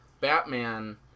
Batman